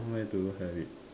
where do you have it